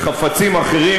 וחפצים אחרים,